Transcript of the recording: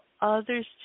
others